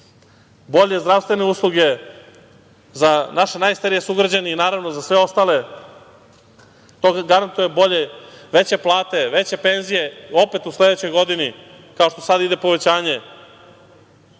bolje zdravstvene usluge za naše najstarije sugrađane i naravno za sve ostale, to garantuje veće plate, veće penzije, opet u sledećoj godini kao što sad ide povećanje.